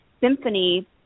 symphony